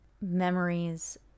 memories